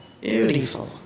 beautiful